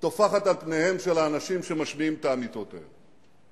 טופחת על פניהם של האנשים שמשמיעים את האמיתות האלה.